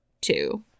two